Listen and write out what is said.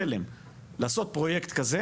חלם לעשות פרויקט כזה